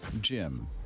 Jim